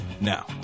Now